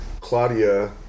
Claudia